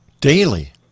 Daily